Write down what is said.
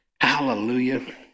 Hallelujah